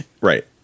right